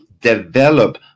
develop